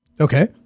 Okay